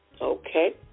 Okay